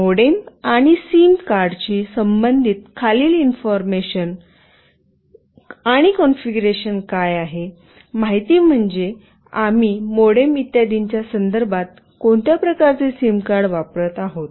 modem आणि sim कार्डशी संबंधित खालील इन्फॉर्मेशन इन्फॉर्मेशन आणि कॉन्फिगरेशन काय आहे माहिती म्हणजे आम्ही मॉडेम इत्यादींच्या संदर्भात कोणत्या प्रकारचे सिम कार्ड वापरत आहोत